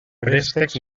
préstecs